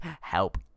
help